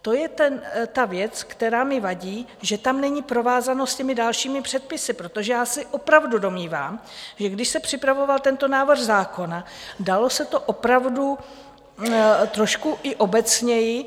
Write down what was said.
To je věc, která mi vadí, že tam není provázanost s dalšími předpisy, protože já se opravdu domnívám, že když se připravoval tento návrh zákona, dalo se to dělat opravdu trošku i obecněji.